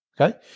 Okay